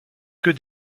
que